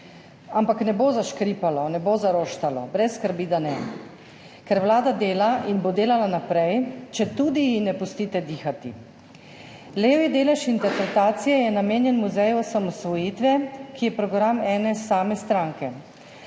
Ampak ne bo zaškripalo, ne bo zaroštalo, brez skrbi, da ne, ker vlada dela in bo delala naprej, četudi ji ne pustite dihati. Levji delež interpretacije je namenjen muzeju osamosvojitve, ki je program ene same stranke,